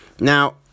now